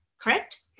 correct